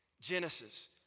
Genesis